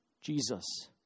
Jesus